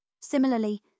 Similarly